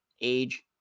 age